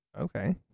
Okay